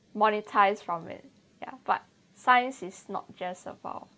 monetise from it ya but science is not just about